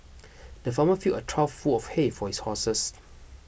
the farmer filled a trough full of hay for his horses